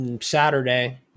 Saturday